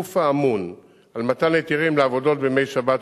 הגוף האמון על מתן היתרים לעבודות בימי שבת